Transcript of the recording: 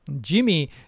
Jimmy